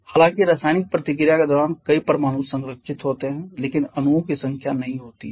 हालांकि रासायनिक प्रतिक्रिया के दौरान कई परमाणु संरक्षित होते हैं लेकिन अणुओं की संख्या नहीं होती है